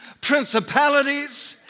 principalities